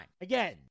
Again